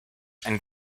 and